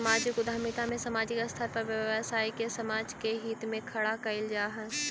सामाजिक उद्यमिता में सामाजिक स्तर पर व्यवसाय के समाज के हित में खड़ा कईल जा हई